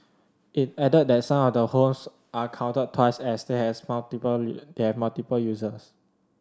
it added that some of the homes are counted twice as they has multiple their multiple uses